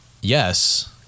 Yes